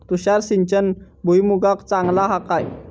तुषार सिंचन भुईमुगाक चांगला हा काय?